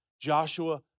Joshua